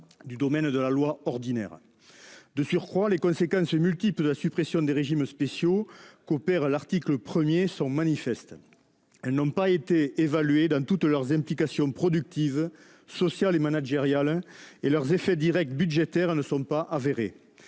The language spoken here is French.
du domaine de la loi ordinaire. De surcroît, les conséquences multiples de la suppression des régimes spéciaux qu'opère l'article 1 sont manifestes. Elles n'ont pas été évaluées dans toutes leurs implications productives, sociales et managériales, et leurs effets directs budgétaires ne sont pas avérés.